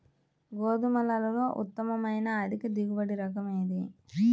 గోధుమలలో ఉత్తమమైన అధిక దిగుబడి రకం ఏది?